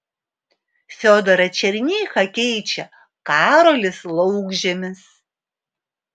fiodorą černychą keičia karolis laukžemis